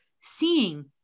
seeing